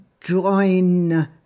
join